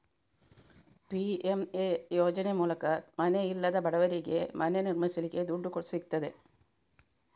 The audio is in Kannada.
ಪಿ.ಎಂ.ಎ ಯೋಜನೆ ಮೂಲಕ ಮನೆ ಇಲ್ಲದ ಬಡವರಿಗೆ ಮನೆ ನಿರ್ಮಿಸಲಿಕ್ಕೆ ದುಡ್ಡು ಸಿಗ್ತದೆ